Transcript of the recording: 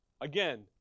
Again